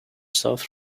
south